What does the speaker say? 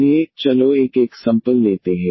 इसलिए चलो एक एक्सम्पल लेते हे